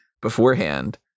beforehand